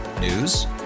News